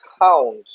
count